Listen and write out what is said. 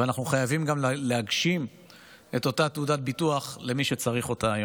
ואנחנו חייבים גם להגשים את אותה תעודת ביטוח למי שצריך אותה היום.